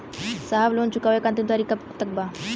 साहब लोन चुकावे क अंतिम तारीख कब तक बा?